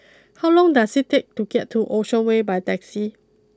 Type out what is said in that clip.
how long does it take to get to Ocean way by taxi